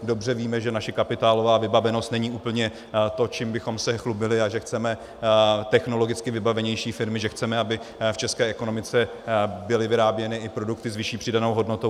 Dobře víme, že naše kapitálová vybavenost není úplně to, čím bychom se chlubili, a že chceme technologicky vybavenější firmy, že chceme, aby v české ekonomice byly vyráběny i produkty s vyšší přidanou hodnotou.